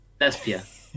Despia